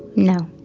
no.